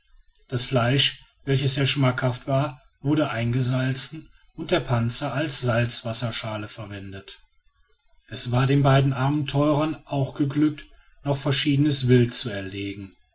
das fleisch welches sehr schmackhaft war wurde eingesalzen und der panzer als salzwasserschale verwendet es war den beiden abenteurern auch geglückt noch verschiedenes wild zu erlegen